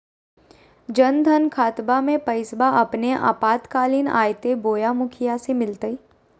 जन धन खाताबा में पैसबा अपने आपातकालीन आयते बोया मुखिया से मिलते?